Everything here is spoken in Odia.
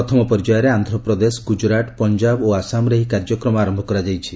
ପ୍ରଥମ ପର୍ଯ୍ୟାୟରେ ଆନ୍ଧ୍ରପ୍ରଦେଶ ଗୁଜରାଟ ପଞ୍ଜାବ ଓ ଆସାମରେ ଏହି କାର୍ଯ୍ୟକ୍ରମ ଆରମ୍ଭ କରାଯାଇଛି